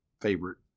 favorite